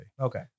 Okay